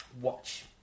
watch